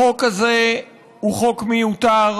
החוק הזה הוא חוק מיותר.